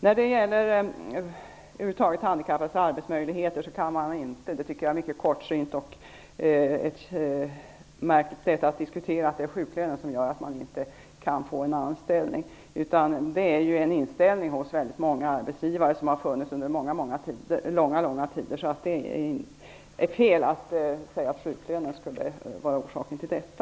När det gäller de handikappades arbetsmöjligheter över huvud taget kan man inte säga att det är sjuklönen som gör att de inte kan få en anställning. Det tycker jag är ett mycket kortsynt och märkligt sätt att diskutera på. Det finns sedan långa tider en viss inställning hos väldigt många arbetsgivare, och det är fel att säga att sjuklönen skulle vara orsaken till denna.